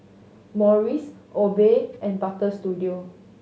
Morries Obey and Butter Studio